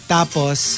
Tapos